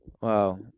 Wow